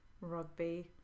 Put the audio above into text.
rugby